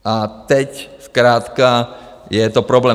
A teď zkrátka je to problém.